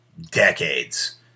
decades